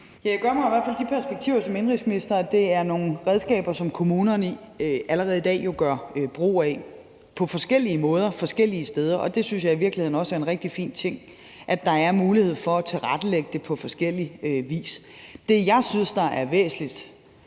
Jeg ser i hvert fald de perspektiver som indenrigsminister, at det er nogle redskaber, som kommunerne jo allerede i dag gør brug af på forskellige måder forskellige steder. Og det synes jeg i virkeligheden også er en rigtig fin ting, altså at der er mulighed for at tilrettelægge det på forskellig vis. Det, jeg synes er væsentligst,